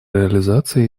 реализации